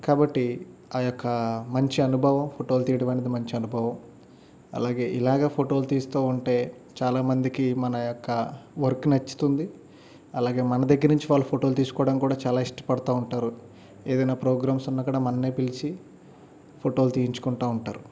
కాబట్టి ఆ యొక్క మంచి అనుభవం ఫోటోలు తీయడం అనేది మంచి అనుభవం అలాగే ఇలాగే ఫోటోలు తీస్తూ ఉంటే చాలామందికి మన యొక్క వర్క్ నచ్చుతుంది అలాగే మన దగ్గర నుంచి వాళ్ళ ఫోటోలు తీసుకోవడానికి కూడా చాలా ఇష్టపడుతు ఉంటారు ఏదైనా ప్రోగ్రామ్స్ ఉన్నా కూడా మనల్నే పిలిచి ఫోటోలు తీయించుకుంటూ ఉంటారు